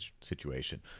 situation